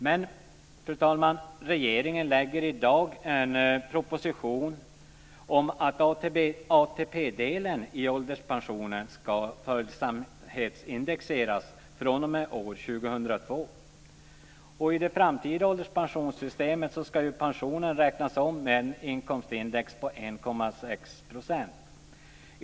Men, fru talman, regeringen lägger i dag fram en proposition om att ATP-delen i ålderspensionen ska följsamhetsindexeras fr.o.m. år 2002. I det framtida ålderspensionssystemet ska ju pensionen räknas om med ett inkomstindex på 1,6 %.